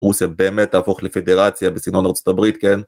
וזה באמת תהפוך לפדרציה בסגנון ארצות הברית, כן?